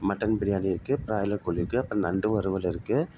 mutton biryani இருக்குது broiler கோழி இருக்குது அப்புறம் நண்டு வறுவல் இருக்குது